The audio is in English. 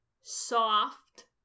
Soft